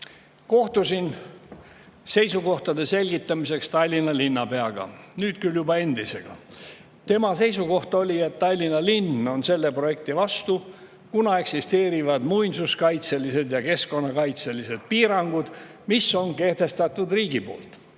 Kohtusin seisukohtade selgitamiseks Tallinna linnapeaga – nüüd küll juba endisega. Tema seisukoht oli, et Tallinna linn on selle projekti vastu, kuna eksisteerivad muinsuskaitselised ja keskkonnakaitselised piirangud, mille on kehtestanud riik,